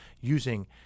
using